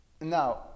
Now